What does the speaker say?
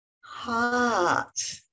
heart